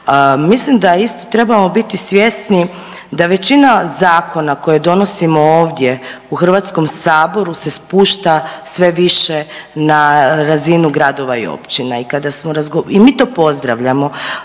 Mislim da isto trebamo biti svjesni da većina zakona koje donosimo ovdje u Hrvatskom saboru se spušta sve više na razinu gradova i općina i kada smo, i mi to pozdravljamo.